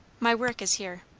my work is here.